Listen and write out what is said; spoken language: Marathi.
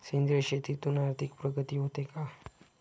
सेंद्रिय शेतीतून आर्थिक प्रगती होते का?